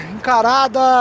Encarada